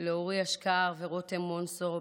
לאור אשכר ורותם מנסנו,